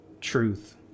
truth